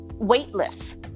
weightless